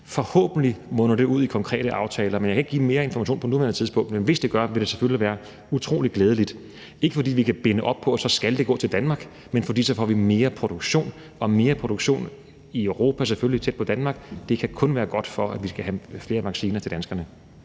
Forhåbentlig munder det ud i konkrete aftaler. Jeg kan ikke give mere information på nuværende tidspunkt, men hvis det gør, vil det selvfølgelig være utrolig glædeligt – ikke fordi vi kan binde det op på, at det så skal gå til Danmark, men fordi vi så får mere produktion. Og mere produktion i Europa, selvfølgelig tæt på Danmark, kan kun være godt med henblik på at få flere vacciner til danskerne.